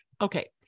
Okay